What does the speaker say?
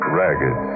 ragged